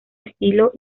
estilo